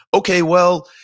okay well,